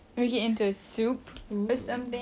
make it into a soup or something